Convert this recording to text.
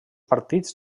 partits